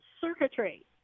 circuitry